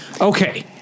okay